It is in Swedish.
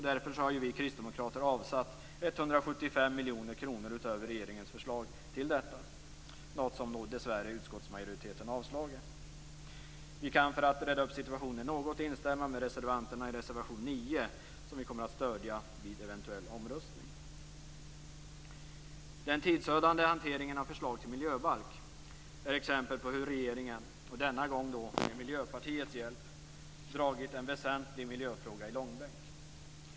Därför har vi kristdemokrater avsatt 175 miljoner kronor utöver regeringens förslag till detta, något som utskottsmajoriteten dessvärre avstyrkt. För att rädda upp situationen något kan vi instämma med reservanterna i reservation 9, som vi kommer att stödja vid en eventuell omröstning. Den tidsödande hanteringen av förslaget till miljöbalk är ett exempel på hur regeringen, och denna gång med Miljöpartiets hjälp, dragit en väsentlig miljöfråga i långbänk.